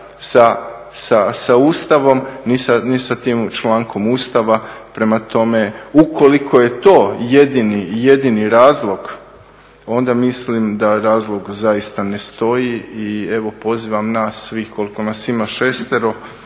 sa Ustavom, ni sa tim člankom Ustava. Prema tome, ukoliko je to jedini i jedini razlog, onda mislim da razlog zaista ne stoji. I evo pozivam nas svih koliko nas ima šestero,